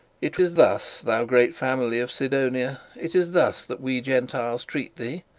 it is thus, thou great family of sidonia it is thus that we gentiles treat thee,